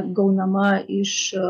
gaunama iš